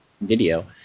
video